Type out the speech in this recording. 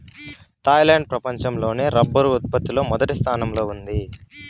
Thailand ప్రపంచం లోనే rubber ఉత్పత్తి లో మొదటి స్థానంలో ఉంది